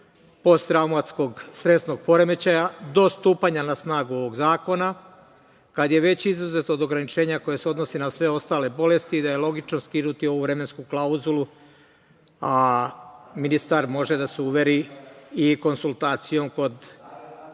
posttraumatskog stresnog poremećaja, do stupanja na snagu ovog zakona kada je već izuzeto od ograničenja koje se odnosi na sve ostale bolesti i da je logično skinuti ovu vremensku klauzulu, a ministar može da se uveri i konsultacijom kod